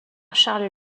charles